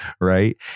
right